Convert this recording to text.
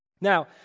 Now